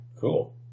Cool